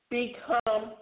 become